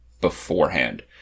beforehand